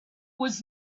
was